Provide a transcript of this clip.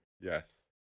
Yes